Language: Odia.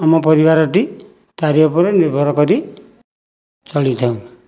ଆମ ପରିବାରଟି ତାହାରି ଉପରେ ନିର୍ଭର କରି ଚଳିଥାଉ